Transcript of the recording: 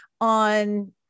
on